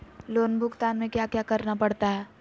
loan भुगतान में क्या क्या करना पड़ता है